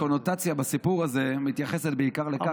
אבל אתה מבין שהקונוטציה בסיפור הזה מתייחסת בעיקר לכך,